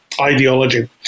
ideology